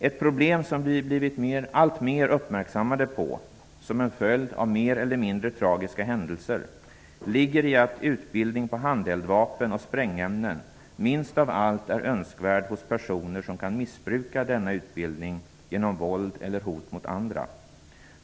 Ett problem som vi blivit alltmer uppmärksammade på, som en följd av mer eller mindre tragiska händelser, ligger i att utbildning på handeldvapen och sprängämnen minst av allt är önskvärd för personer som kan missbruka denna utbildning genom våld eller hot mot andra.